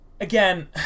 Again